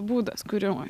būdas kūrimo